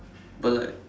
but like